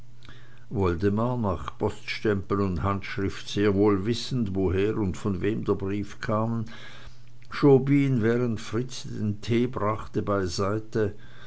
woldemar nach poststempel und handschrift sehr wohl wissend woher und von wem der brief kam schob ihn während fritz den tee brachte beiseite